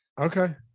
Okay